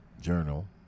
journal